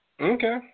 Okay